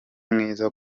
mwiza